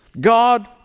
God